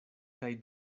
kaj